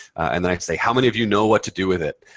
and then i say, how many of you know what to do with it?